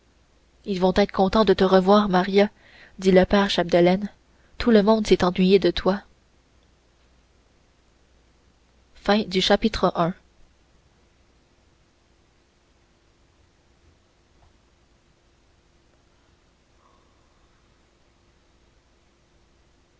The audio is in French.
ils vont être contents de te revoir maria dit le père chapdelaine tout le monde s'est ennuyé de toi chapitre ii